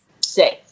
safe